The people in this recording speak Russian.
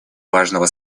важного